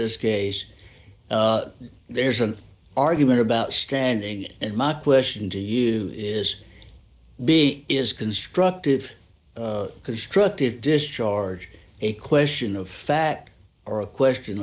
this case there's an argument about standing and my question to you is b is constructive constructive discharge a question of fact or a question